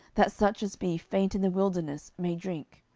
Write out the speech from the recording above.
that such as be faint in the wilderness may drink.